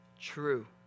true